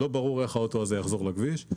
לא ברור איך האוטו הזה יחזור לכביש.